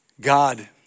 God